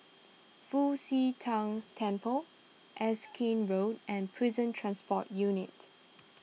Fu Xi Tang Temple Erskine Road and Prison Transport Unit